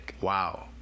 Wow